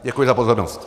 Děkuji za pozornost.